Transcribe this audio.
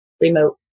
remote